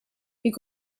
your